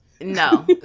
No